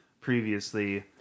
previously